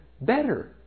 better